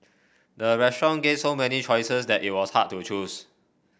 the restaurant gave so many choices that it was hard to choose